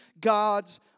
God's